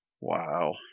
Wow